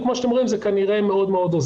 וכמו שאתם רואים זה כנראה מאוד עוזר.